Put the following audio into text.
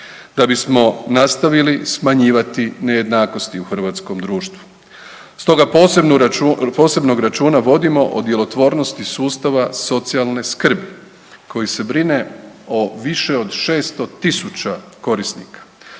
da bismo nastavili smanjivati nejednakosti u hrvatskom društvu, stoga posebnog računa vodimo o djelotvornosti sustava socijalne skrbi koji se brine o više od 600 tisuća korisnika.